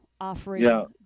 offering